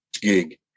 gig